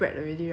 I think